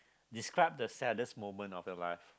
describe the saddest moment of your life